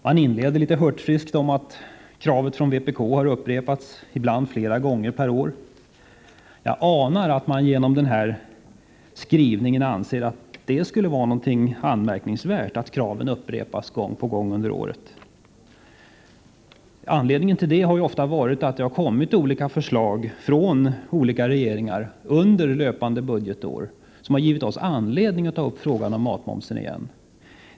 Man inleder litet hurtfriskt med att kravet från vpk har upprepats, ibland flera gånger per år. Jag anar att man genom den skrivningen anser att det skulle vara något anmärkningsvärt att kraven upprepas gång på gång under året. Anledningen till detta har ju ofta varit att det kommit olika förslag från olika regeringar under löpande budgetår, vilket givit oss anledning att ta upp frågan om matmomsen igen.